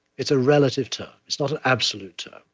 it's a relative term. it's not an absolute term.